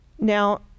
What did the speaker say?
Now